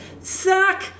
suck